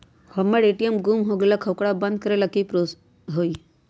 हमर ए.टी.एम गुम हो गेलक ह ओकरा बंद करेला कि कि करेला होई है?